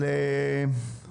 שלום לכולם,